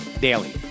Daily